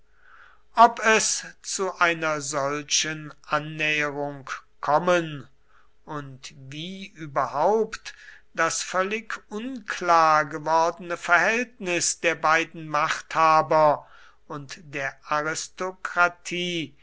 ob es zu einer solchen annäherung kommen und wie überhaupt das völlig unklar gewordene verhältnis der beiden machthaber und der aristokratie